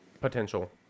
potential